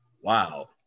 Wow